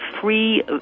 free